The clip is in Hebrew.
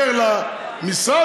למשרד,